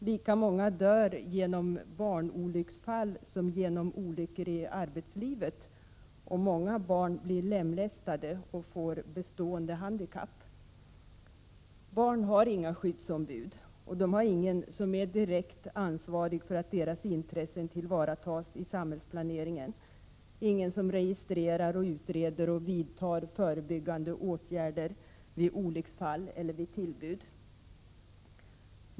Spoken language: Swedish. Lika många barn dör genom olycksfall som det dör människor genom olycksfall i arbetslivet. Många barn blir lemlästade och får bestående handikapp. Barn har inga skyddsombud. De har ingen som är direkt ansvarig för att deras intressen tillvaratas i samhällsplaneringen. Det finns ingen som registrerar och utreder olycksfall eller tillbud och ingen som vidtar förebyggande åtgärder mot olycksfall.